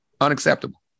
unacceptable